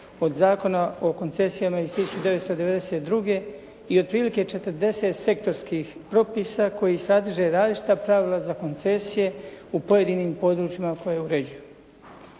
od Zakona o koncesijama iz 1992. i otprilike 40 sektorskih propisa koji sadrže različita pravila za koncesije u pojedinim područjima koja uređuju.